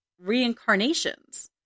reincarnations